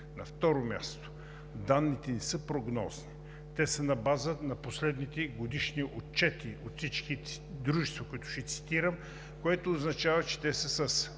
На второ място, данните не са прогнозни. Те са на база на последните годишни отчети от всички дружества, които ще цитирам, което означава, че те са с